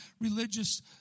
religious